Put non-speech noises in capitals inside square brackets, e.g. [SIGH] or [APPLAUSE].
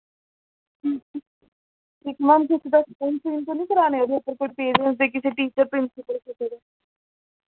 [UNINTELLIGIBLE] ma'am sign सुइन ते निं कराने ओह्दे उप्पर पेरैंट्स दे किसी टीचर दे प्रिंसीपल दे